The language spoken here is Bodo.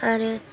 आरो